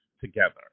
together